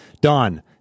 Don